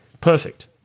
Perfect